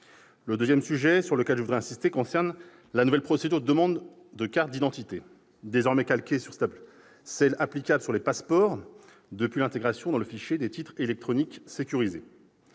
Le deuxième sujet sur lequel je voudrais insister concerne la nouvelle procédure de demande de cartes d'identité, désormais calquée sur celle applicable aux passeports, depuis leur intégration dans le fichier des titres électroniques sécurisés.